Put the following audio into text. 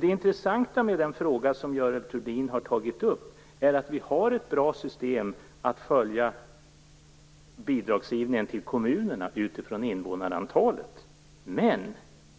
Det intressanta med den fråga om Görel Thurdin tagit upp är att vi har ett bra system att följa bidragsgivningen till kommunerna utifrån invånarantalet. Men,